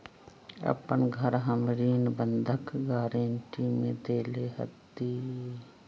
अपन घर हम ऋण बंधक गरान्टी में देले हती